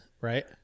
Right